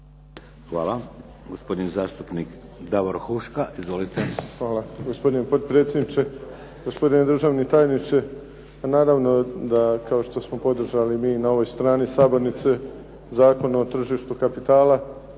Hvala. Gospodin zastupnik Davor Huška. Izvolite. **Huška, Davor (HDZ)** Hvala, gospodine potpredsjedniče. Gospodine državni tajniče. Naravno da kao što smo podržali mi na ovoj strani sabornice Zakon o tržištu kapitala,